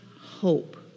hope